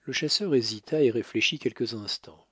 le chasseur hésita et réfléchit quelques instants